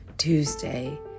Tuesday